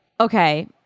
okay